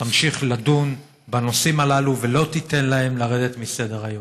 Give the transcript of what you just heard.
שתמשיך לדון בנושאים הללו ולא תיתן להם לרדת מסדר-היום.